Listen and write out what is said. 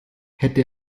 hätte